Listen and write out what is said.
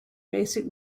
basic